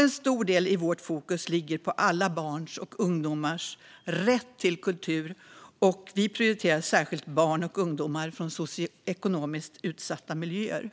En stor del av vårt fokus ligger på alla barns och ungdomars rätt till kultur, och vi prioriterar särskilt barn och ungdomar från socioekonomiskt utsatta miljöer.